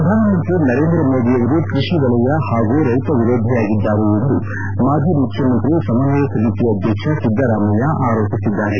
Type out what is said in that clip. ಪ್ರಧಾನಮಂತ್ರಿ ನರೇಂದ್ರ ಮೋದಿಯವರು ಕೃಷಿ ವಲಯ ಹಾಗೂ ರೈತ ವಿರೋಧಿಯಾಗಿದ್ದಾರೆ ಎಂದು ಮಾಜಿ ಮುಖ್ಯಮಂತ್ರಿ ಸಮನ್ವಯ ಸಮಿತಿ ಅಧ್ಯಕ್ಷ ಸಿದ್ದರಾಮಯ್ಯ ಆರೋಪಿಸಿದ್ದಾರೆ